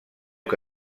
que